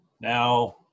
now